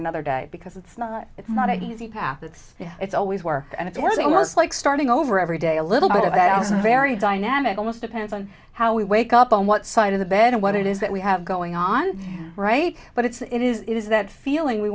another day because it's not it's not an easy path it's it's always work and it was like starting over every day a little bit of i was a very dynamic almost depends on how we wake up on what side of the bed and what it is that we have going on right but it's it is it is that feeling we